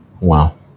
Wow